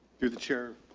you're the chair.